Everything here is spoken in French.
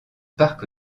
parc